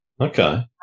Okay